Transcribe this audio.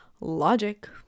logic